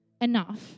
enough